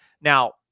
Now